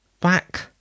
back